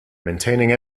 maintaining